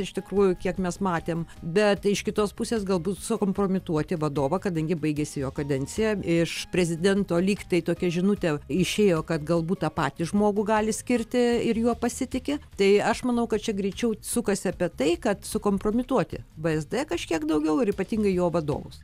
iš tikrųjų kiek mes matėm bet iš kitos pusės galbūt sukompromituoti vadovą kadangi baigėsi jo kadencija iš prezidento lyg tai tokia žinutė išėjo kad galbūt tą patį žmogų gali skirti ir juo pasitiki tai aš manau kad čia greičiau sukasi apie tai kad sukompromituoti vsd kažkiek daugiau ir ypatingai jo vadovus